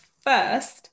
first